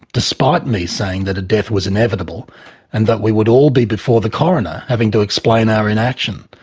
despite me saying that a death was inevitable and that we would all be before the coroner having to explain our inaction.